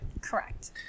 Correct